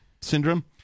Syndrome